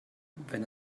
wenn